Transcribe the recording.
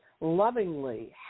lovingly